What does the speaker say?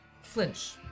flinch